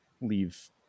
leave